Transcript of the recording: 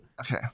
Okay